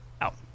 Out